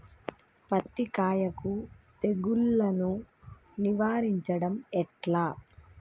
పత్తి కాయకు తెగుళ్లను నివారించడం ఎట్లా?